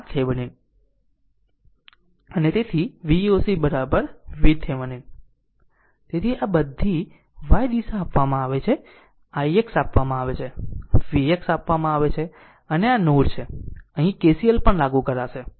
તેથી RL RThevenin તેથી Voc VThevenin તેથી આ બધી y દિશા આપવામાં આવે છે ix આપવામાં આવે છે Vx આપવામાં આવે છે અને આ નોડ છે અહીં KCL પણ લાગુ કરશે